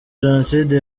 jenoside